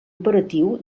operatiu